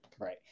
Right